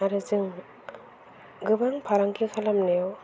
आरो जों गोबां फालांगि खालामनायाव